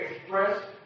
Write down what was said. express